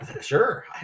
Sure